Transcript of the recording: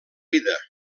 vida